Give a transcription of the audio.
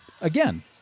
again